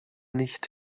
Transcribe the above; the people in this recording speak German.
nicht